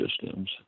systems